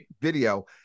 video